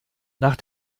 nach